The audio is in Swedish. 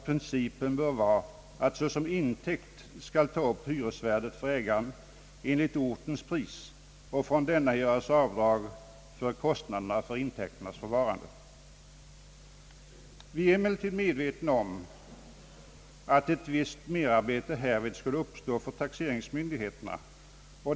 Principen bör därvid vara att såsom intäkt skall tas upp hyresvärdet för ägaren enligt ortens pris och från denna avdrag göras för kostnaderna för intäktens förvärvande. Vi är emellertid medvetna om att ett visst merarbete härvid skulle uppstå för taxeringsmyndigheterna.